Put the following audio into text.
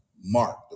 Mark